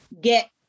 get